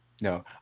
no